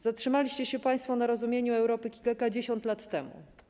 Zatrzymaliście się państwo na rozumieniu Europy kilkadziesiąt lat temu.